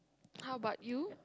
how about you